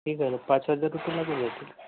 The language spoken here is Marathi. ठीक आहे मग पाच हजार रुपये लागून जातील